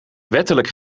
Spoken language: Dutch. wettelijk